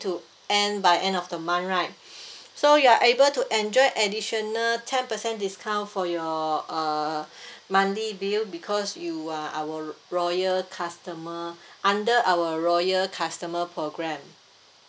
to end by end of the month right so you're able to enjoy additional ten percent discount for your uh monthly bill because you are our loyal customer under our loyal customer programme